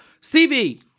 Stevie